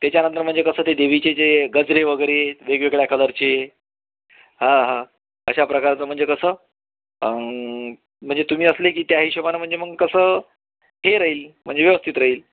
त्याच्यानंतर म्हणजे कसं ते देवीचे जे गजरे वगैरे वेगवेगळ्या कलरचे हां हां अशा प्रकारचे म्हणजे कसं म्हणजे तुम्ही असले की त्या हिशोबाने म्हणजे मग कसं हे राहील म्हणजे व्यवस्थित राहील